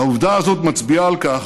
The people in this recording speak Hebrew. העובדה הזאת מצביעה על כך